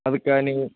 ಅದಕ್ಕೆ ನೀವು